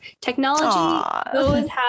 technology